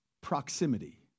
proximity